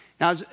Now